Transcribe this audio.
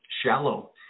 shallow